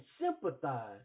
sympathize